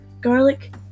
garlic